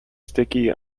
sticky